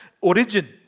origin